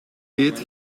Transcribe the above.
eet